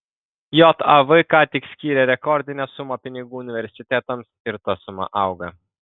jav ką tik skyrė rekordinę sumą pinigų universitetams ir ta suma auga